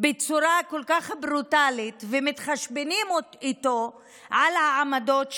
בצורה כל כך ברוטלית ומתחשבנים איתו על העמדות שלו.